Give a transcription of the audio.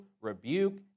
rebuke